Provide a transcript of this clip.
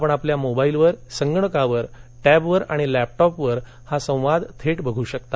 आपण आपल्या मोबाईलवर संगणकावर टॅबवर आणि लॅपटॉपवर हा संवाद थेट बघू शकता